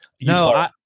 No